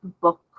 book